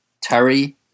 Terry